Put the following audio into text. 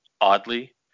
Oddly